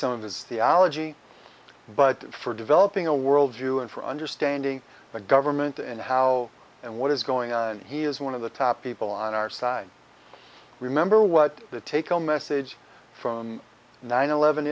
some of his theology but for developing a worldview and for understanding the government and how and what is going on and he is one of the top people on our side remember what the take home message from nine eleven